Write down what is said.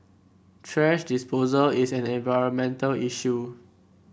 thrash disposal is an environmental issue